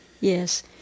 Yes